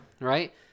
right